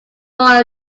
role